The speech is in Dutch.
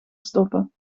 stoppen